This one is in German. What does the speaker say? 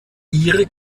ihre